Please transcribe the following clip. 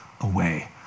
away